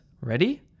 ready